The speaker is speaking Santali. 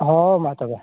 ᱦᱳᱭ ᱢᱟ ᱛᱚᱵᱮ